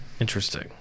Interesting